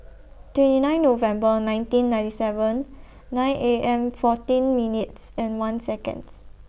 twenty nine November nineteen ninety seven nine A M fourteen minutes and one Seconds